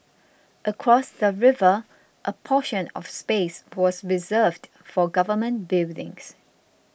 across the river a portion of space was reserved for government buildings